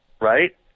right